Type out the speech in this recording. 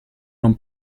non